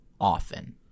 often